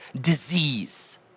disease